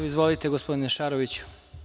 Izvolite gospodine Šaroviću.